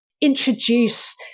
introduce